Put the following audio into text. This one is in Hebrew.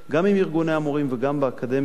גם עם ארגוני המורים וגם באקדמיה,